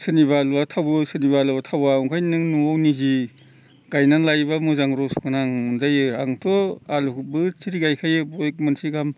सोरनिबा आलुआ थावो सोरनिबा आलुआ थावा ओंखायनो नों न'आवनि जि गायनानै लायोबा मोजां रस गोनां मोनजायो आंथ' आलुखौ बोसोरे गायखायो बेग मोनसे गाहाम